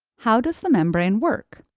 how does the membrane work,